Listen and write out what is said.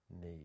need